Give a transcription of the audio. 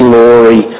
Glory